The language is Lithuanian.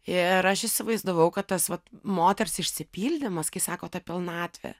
ir aš įsivaizdavau kad tas vat moters išsipildymas kai sako ta pilnatvė